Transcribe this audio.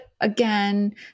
again